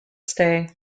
stay